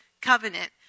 covenant